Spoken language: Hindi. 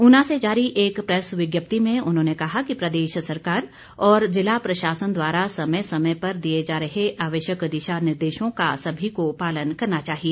ऊना से जारी एक प्रैस विज्ञप्ति में उन्होंने कहा कि प्रदेश सरकार और ज़िला प्रशासन द्वारा समय समय पर दिए जा रहे आवश्यक दिशा निर्देशों का सभी को पालन करना चाहिए